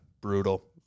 brutal